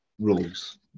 rules